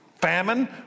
famine